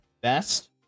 best